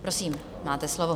Prosím, máte slovo.